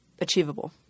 achievable